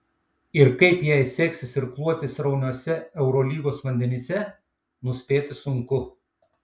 ir kaip jai seksis irkluoti srauniuose eurolygos vandenyse nuspėti sunku